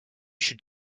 should